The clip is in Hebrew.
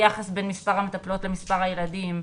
היחס בין מספר המטפלות למספר הילדים,